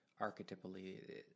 archetypally